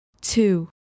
two